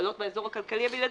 שחלות באזור הכלכלי הבלעדי,